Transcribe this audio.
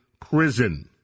prison